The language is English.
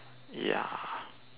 ya